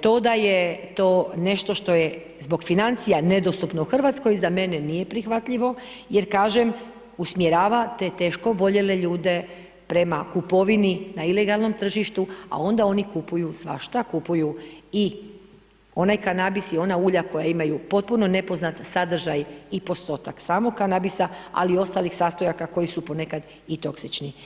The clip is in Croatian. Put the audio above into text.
to da je to nešto što je zbog financija nedostupno u RH, za mene nije prihvatljivo jer kažem, usmjerava te teško oboljele ljude prema kupovini na ilegalnom tržištu, a onda oni kupuju svašta, kupuju i onaj kanabis i ona ulja koja imaju potpuno nepoznat sadržaj i postotak samog kanabisa, ali i ostalih sastojaka koji su ponekad i toksični.